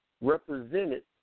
Represented